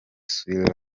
suis